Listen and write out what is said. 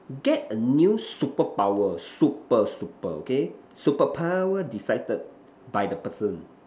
get a new superpower super super okay superpower decided by the person